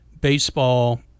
baseball